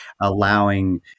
allowing